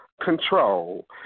control